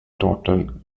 total